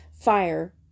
fire